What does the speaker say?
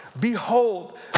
Behold